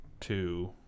two